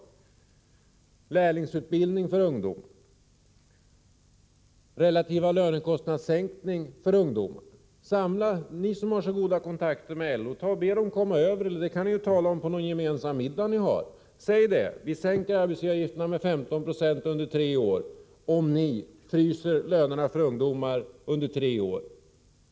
Vi har t.ex. föreslagit lärlingsutbildning för ungdom och relativ lönekostnadssänkning för ungdomar. Ni som har så goda kontakter med LO, be LO:s folk komma över — eller ta upp det på någon gemensam middag — och säg: Vi sänker arbetsgivaravgifterna med 15 96 under tre år om ni fryser lönerna för ungdomar under samma tid.